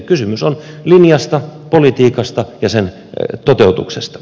kysymys on linjasta politiikasta ja sen toteutuksesta